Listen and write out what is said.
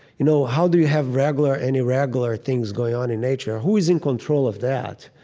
you know how do you have regular and irregular things going on in nature? who is in control of that?